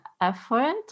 effort